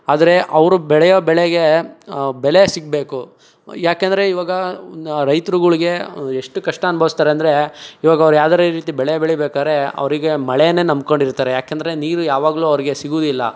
ಆದರೆ ಅವರು ಬೆಳೆಯೋ ಬೆಳೆಗೆ ಬೆಲೆ ಸಿಗಬೇಕು ಏಕೆಂದ್ರೆ ಇವಾಗ ರೈತರುಗುಳಿಗೆ ಎಷ್ಟು ಕಷ್ಟ ಅನ್ಬೌಸ್ತಾರೆ ಅಂದರೆ ಇವಾಗ ಅವ್ರು ಯಾವ್ದಾರ ರೀತಿ ಬೆಳೆ ಬೆಳೀಬೇಕಾರೆ ಅವ್ರಿಗೆ ಮಳೇನೆ ನಂಬಿಕೊಂಡಿರ್ತಾರೆ ಏಕೆಂದ್ರೆ ನೀರು ಯಾವಾಗಲು ಅವ್ರಿಗೆ ಸಿಗೋದಿಲ್ಲ